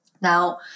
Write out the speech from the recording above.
Now